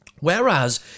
Whereas